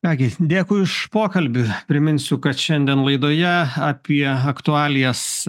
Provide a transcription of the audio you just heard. ką gi dėkui už pokalbį priminsiu kad šiandien laidoje apie aktualijas